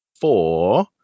four